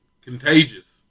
contagious